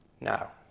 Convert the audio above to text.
Now